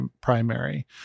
primary